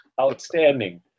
Outstanding